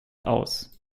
aus